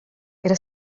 era